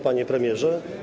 Panie Premierze!